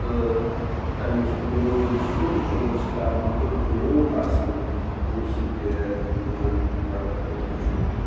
تہٕ تَمیُک سُہ ٹیوٗن تہٕ سُر چھُ سٮ۪ٹھاہ موٚدُر تہٕ میوٗٹھ آسان ییٚمۍ سۭتۍ یہِ لُکَن بَڑٕ لُطُف چھُ یِوان